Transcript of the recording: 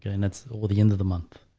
and that's the end of the month,